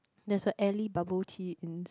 there is a alley bubble tea in